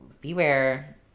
beware